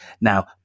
Now